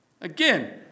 Again